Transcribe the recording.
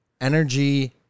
energy